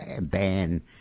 ban